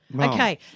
Okay